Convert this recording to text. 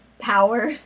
power